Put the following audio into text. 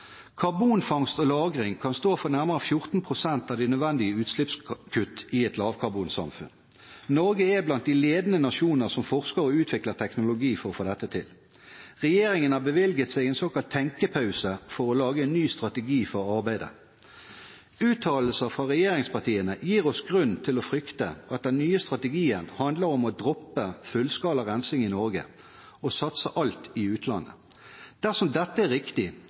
Karbonfangst og -lagring kan stå for nærmere 14 pst. av de nødvendige utslippskutt i et lavkarbonsamfunn. Norge er blant de ledende nasjoner som forsker og utvikler teknologi for å få dette til. Regjeringen har bevilget seg en såkalt tenkepause for å lage en ny strategi for arbeidet. Uttalelser fra regjeringspartiene gir oss grunn til å frykte at den nye strategien handler om å droppe fullskala rensing i Norge og satse alt i utlandet. Dersom dette er riktig,